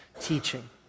teaching